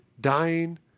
dying